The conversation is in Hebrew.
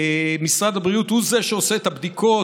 משרד הבריאות הוא זה שעושה את הבדיקות,